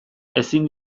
ezin